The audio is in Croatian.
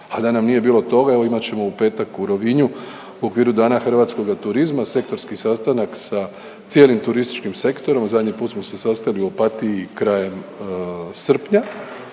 al da nam nije bilo toga, evo imat ćemo u petak u Rovinju u okviru Dana hrvatskoga turizma sektorski sastanak sa cijelim turističkim sektorom, zadnji put smo se sastali u Opatiji krajem srpnja,